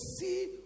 see